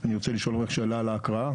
אני רוצה לשאול שאלה על ההקראה.